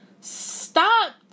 Stop